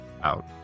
out